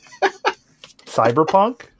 Cyberpunk